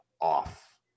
off